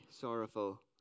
sorrowful